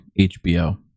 hbo